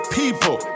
people